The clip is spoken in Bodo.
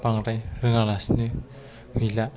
बांद्राय रोङालासिनो गैला